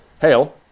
hail